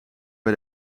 bij